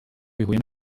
bihuye